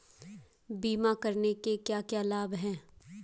बीमा करने के क्या क्या लाभ हैं?